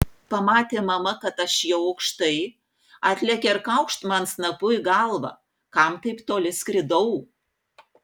pamatė mama kad aš jau aukštai atlėkė ir kaukšt man snapu į galvą kam taip toli skridau